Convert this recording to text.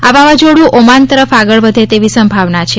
આ વાવાઝોડું ઓમાન તરફ આગળ વધે તેવી સંભાવના છે